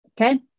Okay